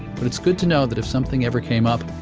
but it's good to know that if something ever came up,